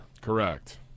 Correct